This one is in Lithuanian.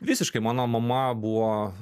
visiškai mano mama buvo